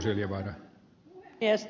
arvoisa puhemies